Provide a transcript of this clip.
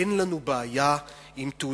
אין לנו בעיה עם תעודות,